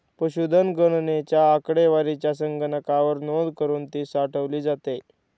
पशुधन गणनेच्या आकडेवारीची संगणकावर नोंद करुन ती साठवली जाते